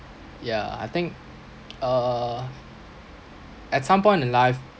ya I think uh at some point in life